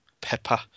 pepper